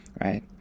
right